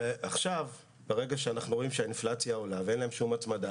כאשר האינפלציה עולה ואין להם שום הצמדה,